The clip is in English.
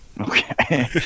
Okay